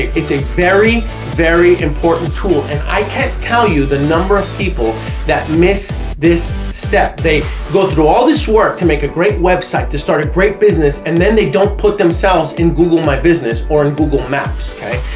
it's a very very important tool and i can't tell you the number of people that miss this step, they go through all this work to make a great website to start a great business and then they don't put themselves in google my business or in google maps, okay,